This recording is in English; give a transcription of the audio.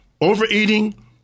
overeating